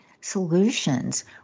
solutions